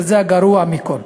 וזה הגרוע מכול.